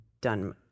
done